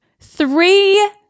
three